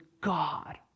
God